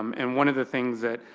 um and one of the things that,